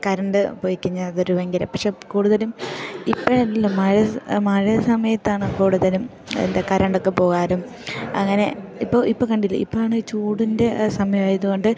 current പോയിക്കഴിഞ്ഞാൽ അതൊരു ഭയങ്കര പക്ഷെ കൂടുതലും ഇപ്പോഴല്ലല്ലോ മഴ സ മഴ സമയത്താണ് കൂടുതലും എന്താ കരണ്ടൊക്കെ പോകാനും അങ്ങനെ ഇപ്പം ഇപ്പം കണ്ടില്ലേ ഇപ്പമാണ് ചൂടിൻ്റെ സമയമായതു കൊണ്ട്